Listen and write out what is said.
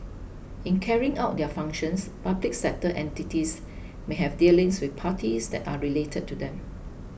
in carrying out their functions public sector entities may have dealings with parties that are related to them